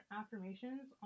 affirmations